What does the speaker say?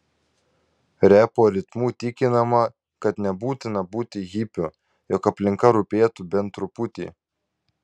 repo ritmu tikinama kad nebūtina būti hipiu jog aplinka rūpėtų bent truputį